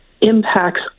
impacts